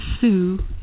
Sue